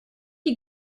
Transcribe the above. die